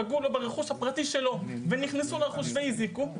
פגעו לו ברכוש הפרטי שלו ונכנסו לרכשו והזיקו.